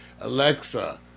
Alexa